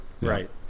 Right